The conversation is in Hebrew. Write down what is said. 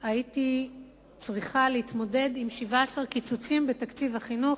הייתי צריכה להתמודד עם 17 קיצוצים בתקציב החינוך,